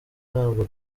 ntabwo